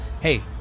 hey